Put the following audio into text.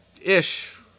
ish